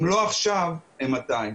אם לא עכשיו, אימתי.